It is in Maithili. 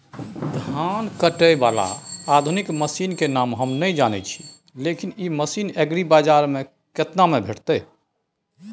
धान काटय बाला आधुनिक मसीन के नाम हम नय जानय छी, लेकिन इ मसीन एग्रीबाजार में केतना में भेटत?